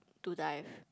to dive